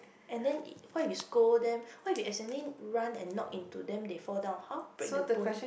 and then what if scold them what if you accidentally run and knock into them they fall down hor break the bone